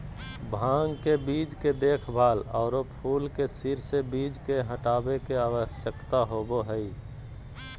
भांग के बीज के देखभाल, और फूल के सिर से बीज के हटाबे के, आवश्यकता होबो हइ